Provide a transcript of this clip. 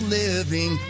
living